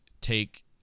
take